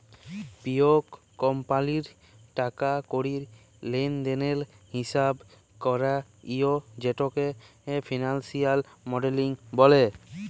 প্যত্তেক কমপালির টাকা কড়ির লেলদেলের হিচাব ক্যরা হ্যয় যেটকে ফিলালসিয়াল মডেলিং ব্যলে